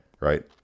Right